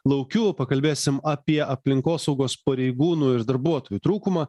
laukiu pakalbėsim apie aplinkosaugos pareigūnų ir darbuotojų trūkumą